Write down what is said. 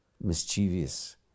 mischievous